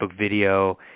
video